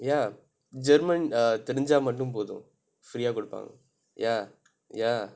ya german err free தெரிந்தா மட்டும் போதும்:therinthaa mattum pothum free ah கொடுப்பான்:koduppaan ya ya